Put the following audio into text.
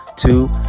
Two